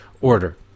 order